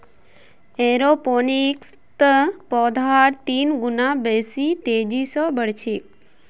एरोपोनिक्सत पौधार तीन गुना बेसी तेजी स बढ़ छेक